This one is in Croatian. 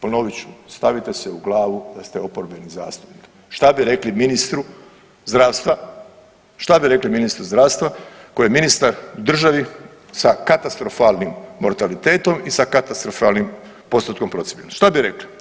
Ponovit ću, stavite si u glavu da ste oporbeni zastupnik šta bi rekli ministru zdravstva, šta bi rekli ministru zdravstva koji je ministar u državi sa katastrofalnim mortalitetom i sa katastrofalnim postotkom procijepljenosti, šta bi rekli?